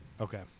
Okay